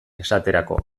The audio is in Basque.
esaterako